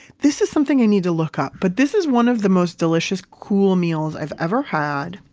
this is something i need to look up, but this is one of the most delicious cool meals i've ever had,